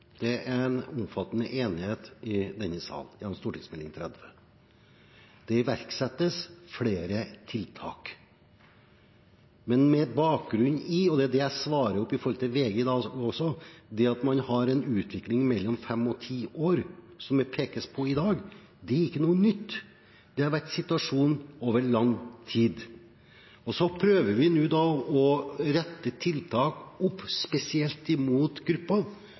det er omfattende enighet i denne sal om Meld. St. 30. Det iverksettes flere tiltak. Men med bakgrunn i – og det er det jeg også svarer til VG i dag – det at man har en utvikling etter fem–ti år, som det pekes på i dag: Det er ikke noe nytt. Det har vært situasjonen over lang tid. Så prøver vi nå å rette tiltak spesielt inn mot grupper